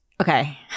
okay